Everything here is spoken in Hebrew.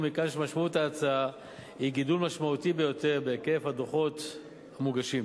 ומכאן שמשמעות ההצעה היא גידול משמעותי ביותר בהיקף הדוחות המוגשים,